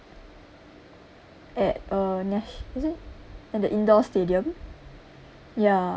at uh natio~ is it in the indoor stadium ya